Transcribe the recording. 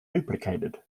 duplicated